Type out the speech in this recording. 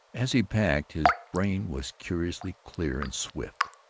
as he packed, his brain was curiously clear and swift.